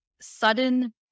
sudden